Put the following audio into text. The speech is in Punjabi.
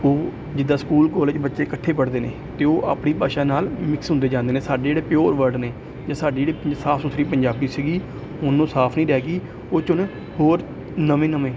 ਉਹ ਜਿੱਦਾਂ ਸਕੂਲ ਕਾਲਜ 'ਚ ਬੱਚੇ ਇਕੱਠੇ ਪੜ੍ਹਦੇ ਨੇ ਅਤੇ ਉਹ ਆਪਣੀ ਭਾਸ਼ਾ ਨਾਲ ਮਿਕਸ ਹੁੰਦੇ ਜਾਂਦੇ ਨੇ ਸਾਡੇ ਜਿਹੜੇ ਪਿਓਰ ਵਰਡ ਨੇ ਅਤੇ ਸਾਡੀ ਜਿਹੜੀ ਸਾਫ਼ ਸੁਥਰੀ ਪੰਜਾਬੀ ਸੀਗੀ ਹੁਣ ਉਹ ਸਾਫ਼ ਨਹੀਂ ਰਹਿ ਗਈ ਉਹ 'ਚ ਹੁਣ ਹੋਰ ਨਵੇਂ ਨਵੇਂ